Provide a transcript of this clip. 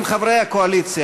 אם חברי הקואליציה,